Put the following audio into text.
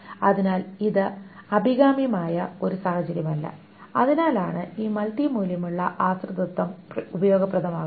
അതിനാൽ അത് അഭികാമ്യമായ ഒരു സാഹചര്യമല്ല അതിനാലാണ് ഈ മൾട്ടി മൂല്യമുള്ള ആശ്രിതത്വം ഉപയോഗപ്രദമാകുന്നത്